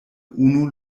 unu